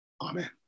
Amen